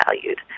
valued